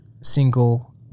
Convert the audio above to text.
single